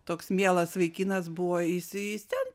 toks mielas vaikinas buvo jis jis ten